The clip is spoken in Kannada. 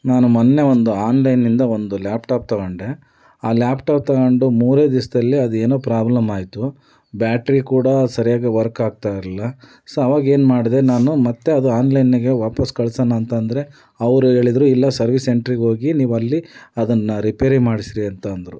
ನಾನು ಮೊನ್ನೆ ಒಂದು ಆನ್ಲೈನ್ನಿಂದ ಒಂದು ಲ್ಯಾಪ್ಟಾಪ್ ತಗೊಂಡೆ ಆ ಲ್ಯಾಪ್ಟಾಪ್ ತಗೊಂಡು ಮೂರೇ ದಿವ್ಸದಲ್ಲಿ ಅದೇನೋ ಪ್ರಾಬ್ಲಮ್ ಆಯಿತು ಬ್ಯಾಟ್ರಿ ಕೂಡ ಸರ್ಯಾಗಿ ವರ್ಕ್ ಆಗ್ತಾ ಇರಲಿಲ್ಲ ಸೊ ಆವಾಗ ಏನು ಮಾಡಿದೆ ನಾನು ಮತ್ತೆ ಅದು ಆನ್ಲೈನಿಗೆ ವಾಪಾಸ್ಸು ಕಳಿಸೋಣ ಅಂತ ಅಂದರೆ ಅವರು ಹೇಳಿದ್ರು ಇಲ್ಲ ಸರ್ವಿಸ್ ಸೆಂಟರ್ಗೆ ಹೋಗಿ ನೀವು ಅಲ್ಲಿ ಅದನ್ನು ರಿಪೇರಿ ಮಾಡಿಸಿರಿ ಅಂತ ಅಂದರು